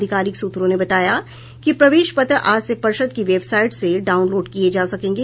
अधिकारिक सूत्रों ने बताया कि प्रवेश पत्र आज से पर्षद की वेबसाइट से लाडनलोड किये जा सकेंगे